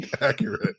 Accurate